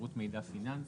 שירות מידע פיננסי.